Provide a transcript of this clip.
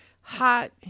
hot